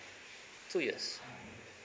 two years